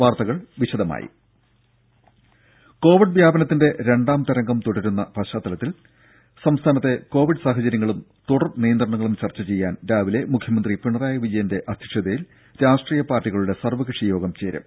വാർത്തകൾ വിശദമായി കൊവിഡ് വ്യാപനത്തിന്റെ രണ്ടാം തരംഗം തുടരുന്ന പശ്ചാത്തലത്തിൽ സംസ്ഥാനത്തെ കൊവിഡ് സാഹചര്യങ്ങളും തുടർ നിയന്ത്രണങ്ങളും ചർച്ച ചെയ്യാൻ രാവിലെ മുഖ്യമന്ത്രി പിണറായി വിജയന്റെ അധ്യക്ഷതയിൽ രാഷ്ട്രീയ പാർട്ടികളുടെ സർവകക്ഷിയോഗം ചേരും